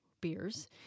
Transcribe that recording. beers